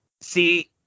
See